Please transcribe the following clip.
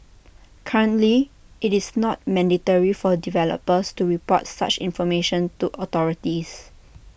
currently IT is not mandatory for developers to report such information to authorities